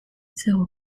zéro